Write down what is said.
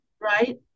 right